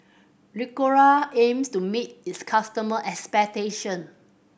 ricola aims to meet its customers' expectations